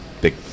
big